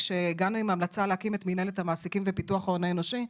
כשהגענו עם המלצה להקים את מנהלת המעסיקים ופיתוח ההון האנושי,